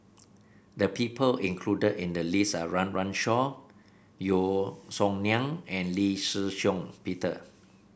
the people included in the list are Run Run Shaw Yeo Song Nian and Lee Shih Shiong Peter